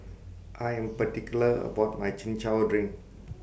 I Am particular about My Chin Chow Drink